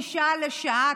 משעה לשעה,